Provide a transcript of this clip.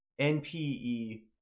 NPE